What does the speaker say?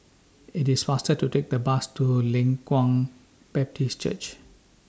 IT IS faster to Take The Bus to Leng Kwang Baptist Church